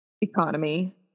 economy